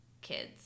kids